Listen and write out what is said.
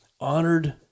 honored